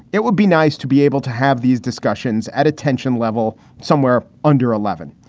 it would be nice to be able to have these discussions at a tension level somewhere under eleven.